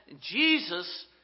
Jesus